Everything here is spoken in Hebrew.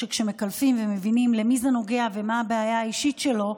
שכשמקלפים ומבינים למי זה נוגע ומה הבעיה האישית שלו,